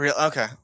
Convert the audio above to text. Okay